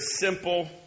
simple